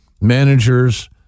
managers